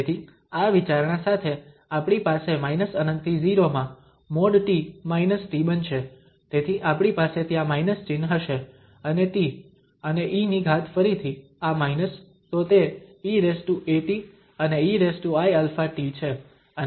તેથી આ વિચારણા સાથે આપણી પાસે −∞ થી 0 માં |t| t બનશે તેથી આપણી પાસે ત્યાં માઇનસ ચિહ્ન હશે અને t અને e ની ઘાત ફરીથી આ માઇનસ તો તે eat અને eiαt છે અને આપણી પાસે ત્યા dt છે